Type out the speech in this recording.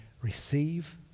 receive